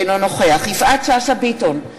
אינו נוכח יפעת שאשא ביטון,